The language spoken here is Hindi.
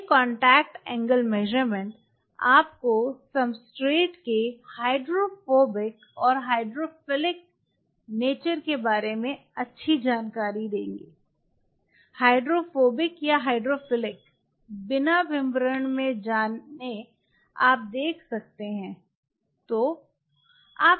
ये कांटेक्ट एंगल माप आपको सब्सट्रेट के हाइड्रोफोबिक और हाइड्रोफिलिक प्रकृति के बारे में अच्छी जानकारी देंगे हाइड्रोफोबिक या हाइड्रोफिलिक बिना विवरण में जाने आप देख सकते हैं